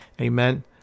Amen